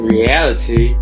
Reality